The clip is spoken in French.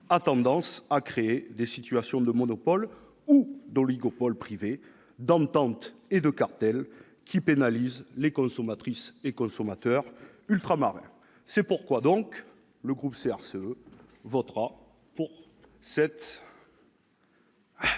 a tendance à créer des situations de monopole ou d'oligopoles privés, d'ententes et de cartels qui pénalisent les consommatrices et consommateurs ultramarins. C'est pourquoi les membres du groupe CRCE sont favorables